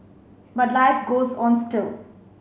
but life goes on still